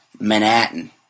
Manhattan